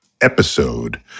Episode